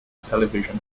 television